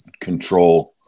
control